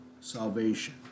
salvation